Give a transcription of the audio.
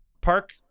Park